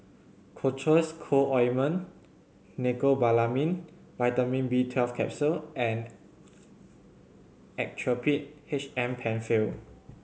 Cocois Co Ointment Mecobalamin Vitamin B twelve Capsule and Actrapid H M Penfill